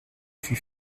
fût